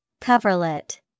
Coverlet